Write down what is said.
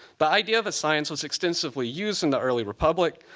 but idea of a science was extensively used in the early republic.